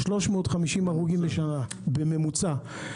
350 הרוגים לשנה בממוצע.